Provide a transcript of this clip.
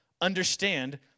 understand